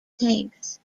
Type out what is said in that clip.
tanks